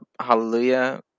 hallelujah